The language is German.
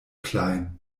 klein